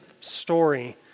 story